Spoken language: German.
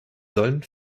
sollen